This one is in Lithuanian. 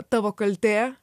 tavo kaltė